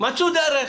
מצאו דרך.